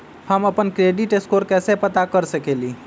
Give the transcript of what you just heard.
हम अपन credit score कैसे पता कर सकेली?